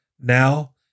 now